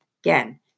Again